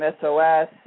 SOS